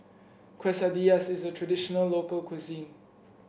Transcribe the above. quesadillas is a traditional local cuisine